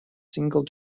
single